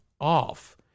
off